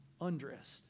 undressed